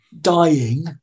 dying